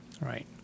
Right